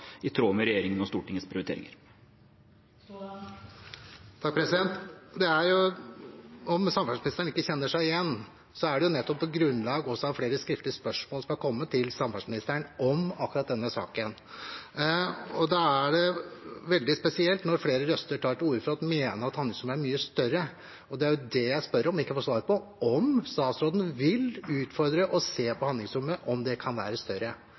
i tråd med regjeringens og Stortingets prioriteringer. Om samferdselsministeren ikke kjenner seg igjen i det – dette er nettopp på grunnlag av også flere skriftlige spørsmål som har kommet til samferdselsministeren om akkurat denne saken. Da er det veldig spesielt, når flere røster tar til orde for og mener at handlingsrommet er mye større. Det er jo det jeg spør om og ikke får svar på – om statsråden vil utfordre og se på om handlingsrommet kan være større,